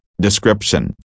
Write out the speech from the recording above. description